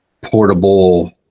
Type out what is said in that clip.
portable